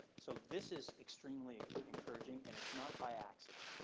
so this is extremely encouraging and it's not by accident.